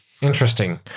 Interesting